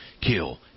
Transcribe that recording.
Kill